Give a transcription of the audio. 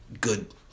good